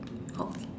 okay